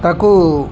ତାକୁ